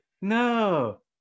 no